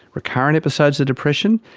recurrent episodes of depression,